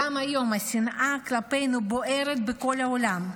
גם היום השנאה כלפינו בוערת בכל העולם,